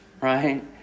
Right